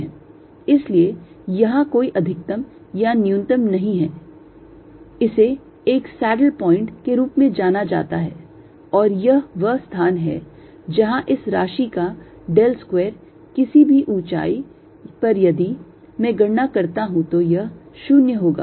इसलिए यहां कोई अधिकतम या न्यूनतम नहीं है इसे एक सैडल प्वाइंट के रूप में जाना जाता है और यह वह स्थान है जहां इस राशि का del square किसी भी ऊंचाई पर यदि मैं गणना करता हूं तो यह 0 होगा